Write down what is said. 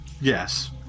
Yes